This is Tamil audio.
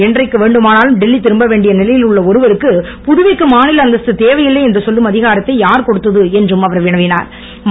என்றைக்கு வேண்டுமானாலும் டெல்லி திரும்பவேண்டிய நிலையில் உள்ள ஒருவருக்கு புதுவைக்கு மாநில அந்தஸ்து தேவையில்லை என்று சொல்லும் அதிகாரத்தை யார் கொடுத்தது என்றும் அவர் வினவிஞர்